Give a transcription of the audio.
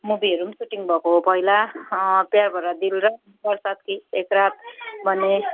मुभीहरू पनि सुटिङ भएको हो पहिला प्यार भरा दिल र बर्षात की एक रात भन्ने